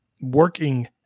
working